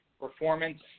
Performance